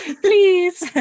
Please